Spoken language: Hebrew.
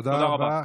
תודה רבה.